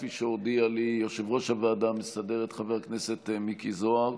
כפי שהודיע לי יושב-ראש הוועדה המסדרת חבר הכנסת מיקי זוהר.